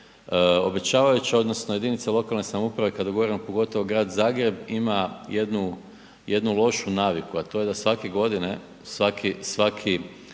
obećavajuća odnosno jedinice lokalne samouprave kada govorimo pogotovo grad Zagreb ima jednu lošu naviku, a to je da svake godine građani